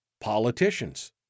politicians